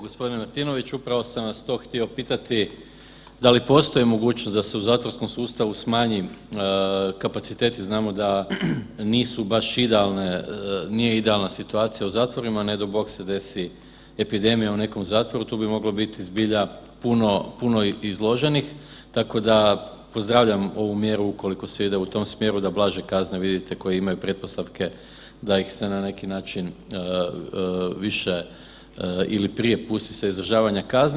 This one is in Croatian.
Gospodine Martinoviću, upravo sam vas to htio pitati, da li postoji mogućnost da se u zatvorskom sustavu smanji kapaciteti, znamo da nije baš idealna situacija u zavorima, ne dao Bog se desi epidemija u nekom zatvoru tu bi moglo biti zbilja puno izloženih, tako da pozdravljam ovu mjeru ukoliko se ide u tom smjeru da blaže kazne vidite koje imaju pretpostavke da ih se na neki način više ili prije pusti sa izdržavanja kazne.